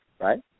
right